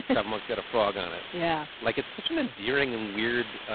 travel mug's got a frog on it. yeah. like, it's such an endearing and weird,